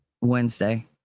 Wednesday